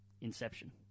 Inception